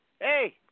hey